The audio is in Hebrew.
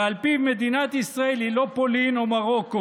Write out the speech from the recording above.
ועל פיו מדינת ישראל היא לא פולין או מרוקו,